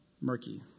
murky